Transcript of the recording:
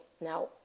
Now